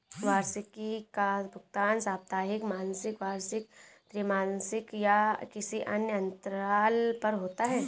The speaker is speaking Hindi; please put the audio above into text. वार्षिकी का भुगतान साप्ताहिक, मासिक, वार्षिक, त्रिमासिक या किसी अन्य अंतराल पर होता है